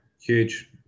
huge